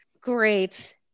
great